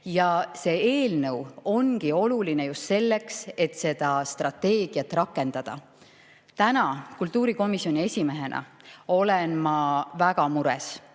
Ja see eelnõu ongi oluline just selleks, et seda strateegiat rakendada. Täna kultuurikomisjoni esimehena olen ma väga mures